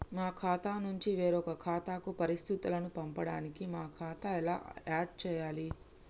మా ఖాతా నుంచి వేరొక ఖాతాకు పరిస్థితులను పంపడానికి మా ఖాతా ఎలా ఆడ్ చేయాలి?